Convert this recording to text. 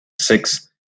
six